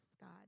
God